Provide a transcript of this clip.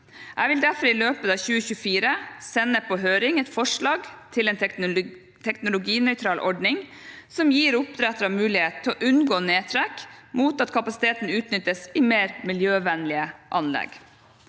Jeg vil derfor i løpet av 2024 sende på høring et forslag til en teknologinøytral ordning som gir oppdrettere mulighet til å unngå nedtrekk, mot at kapasiteten utnyttes i mer miljøvennlige anlegg.